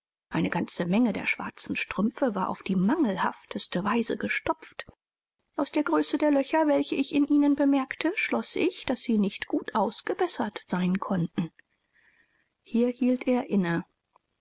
eine ganze menge der schwarzen strümpfe war auf die mangelhafteste weise gestopft aus der größe der löcher welche ich in ihnen bemerkte schloß ich daß sie nicht gut ausgebessert sein konnten hier hielt er inne